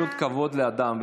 זה פשוט כבוד לאדם,